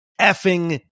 effing